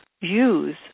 use